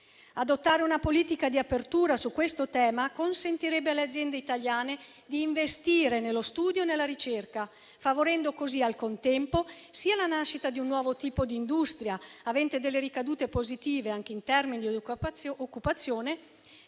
Adottare una politica di apertura su questo tema consentirebbe alle aziende italiane di investire nello studio e nella ricerca, favorendo così la nascita di un nuovo tipo di industria avente delle ricadute positive anche in termini di occupazione